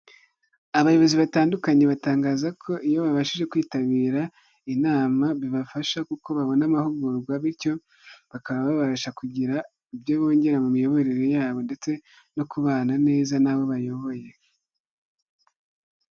Abayobozi batandukanye batangaza ko iyo babashije kwitabira inama bibafasha, kuko babona amahugurwa, bityo bakaba babasha kugira ibyo bongera mu miyoborere yabo ndetse no kubana neza n'abo bayoboye.